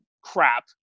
crap